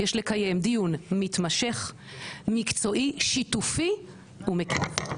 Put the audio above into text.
יש לקיים דיון מתמשך, מקצועי, שיתופי ומקצועי.